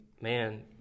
Man